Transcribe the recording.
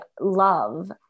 love